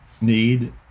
need